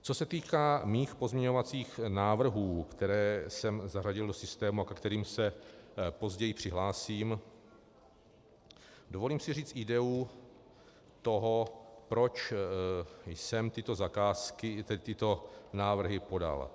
Co se týká mých pozměňovacích návrhů, které jsem zařadil do systému a ke kterým se později přihlásím, dovolím si říct ideu toho, proč jsem tyto návrhy podal.